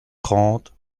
trente